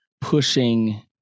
pushing